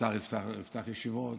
מותר לפתוח ישיבות,